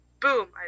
boom